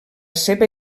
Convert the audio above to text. seva